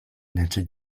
nette